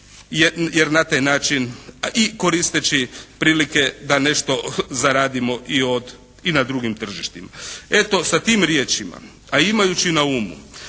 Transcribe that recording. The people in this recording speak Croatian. jer na taj način i koristeći prilike da nešto zaradimo i na drugim tržištima. Eto sa tim riječima, a imajući na umu